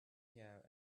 here